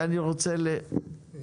אם לא הגעתי, יסמין,